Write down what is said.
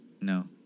No